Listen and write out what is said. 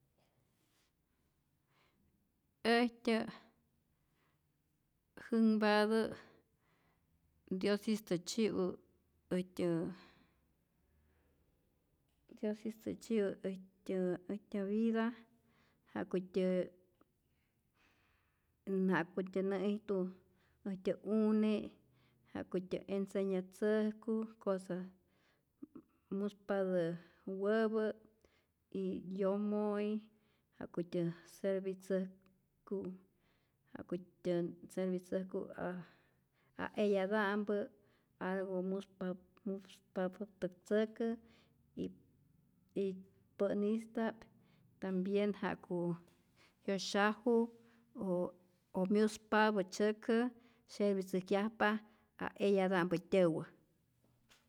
Äjtyä sunpatä diosistä tzyi'u äjtya diosistä tzyi'u äjtyä äjtyä vida ja'kutyä ja'kutyä nä'ijtu äjtyä une, ja'kutyä enseñatzäjku cosas, ntzäkpatä wäpä y yomo'i jakutyä servitzäjku, ja'kutyä unitzäjku a a eyata'mpä, algu muspa muspapäptä tzäkä y y pä'nista'p tambien ja'ku yosyaju o myuspapä tzyäkä seguitzäjkyajpa a eyata'mpä tyäwä.